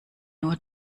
nur